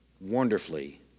Wonderfully